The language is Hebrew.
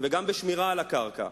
וגם בשמירה על הקרקע.